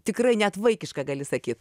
tikrai net vaikiška gali sakyt